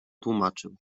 tłumaczył